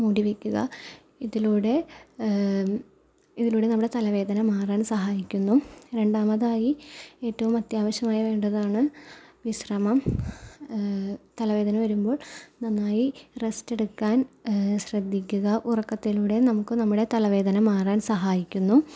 മൂടിവെക്കുക ഇതിലൂടെ ഇതിലൂടെ നമ്മുടെ തലവേദന മാറാൻ സഹായിക്കുന്നു രണ്ടാമതായി ഏറ്റവും അത്യാവശ്യമായി വേണ്ടതാണ് വിശ്രമം തലവേദന വരുമ്പോൾ നന്നായി റെസ്റ്റ് എടുക്കാൻ ശ്രദ്ധിക്കുക ഉറക്കത്തിലൂടെ നമുക്ക് നമ്മുടെ തലവേദന മാറാൻ സഹായിക്കുന്നു